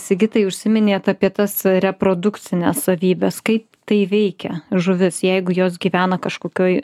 sigitai užsiminėt apie tas reprodukcines savybes kaip tai veikia žuvis jeigu jos gyvena kažkokioj